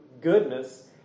goodness